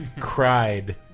cried